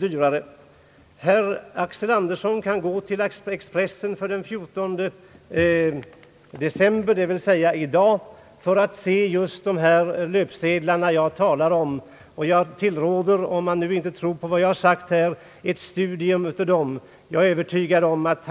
dyrare.» Herr Axel Andersson kan gå till Expressen för den 14 december, dvs. i dag, där han kan se just de löpsedlar jag talat om. Jag tillråder honom — om han inte tror på vad jag här har sagt — ett studium av dem. Jag är övertygad om att